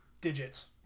digits